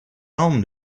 elm